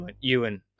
Ewan